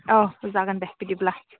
औ जागोन दे बिदिब्ला